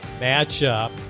matchup